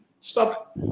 stop